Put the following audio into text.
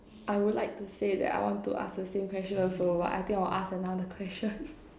I would like to say that I want to ask the same question also but I think I will ask another question